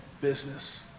business